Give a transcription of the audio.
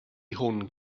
hwn